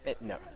no